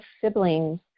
siblings